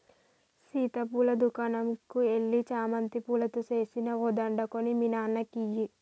సీత పూల దుకనంకు ఎల్లి చామంతి పూలతో సేసిన ఓ దండ కొని మీ నాన్నకి ఇయ్యి